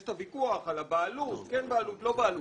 יש את הוויכוח על הבעלות, כן בעלות, לא בעלות.